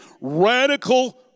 radical